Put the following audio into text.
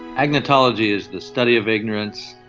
agnotology is the study of ignorance,